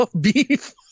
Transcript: beef